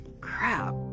Crap